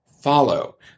follow